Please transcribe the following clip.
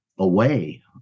away